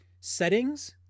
settings